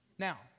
Now